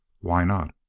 why not?